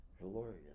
glorious